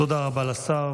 תודה רבה לשר.